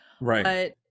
Right